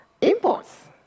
imports